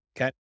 Okay